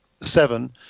seven